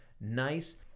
Nice